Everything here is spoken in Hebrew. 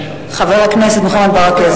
חבר הכנסת מוחמד ברכה,